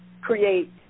create